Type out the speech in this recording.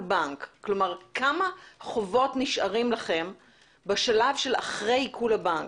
בנק כמה חובות נשארים לכם בשלב של אחרי עיקול הבנק?